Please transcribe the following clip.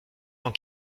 cent